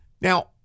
Now